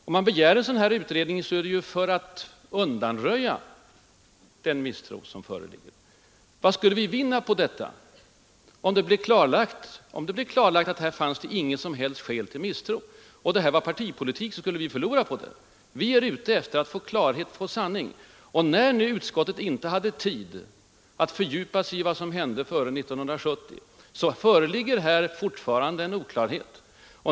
Om man begär en sådan här utredning är det för att undanröja den misstro som redan föreligger. Vad skulle vi vinna på att misstänkliggöra? Om det blev klarlagt att det inte fanns något som helst skäl till misstro, och våra krav var partipolitiska, då skulle vi själva förlora på det. Nej, vi är ute efter att få veta sanningen. När utskottet inte hade tid att fördjupa sig i vad som hände före år 1970 då föreligger fortfarande oklarhet.